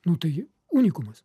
nu tai unikumas